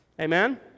Amen